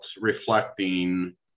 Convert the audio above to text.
reflecting